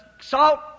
salt